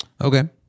Okay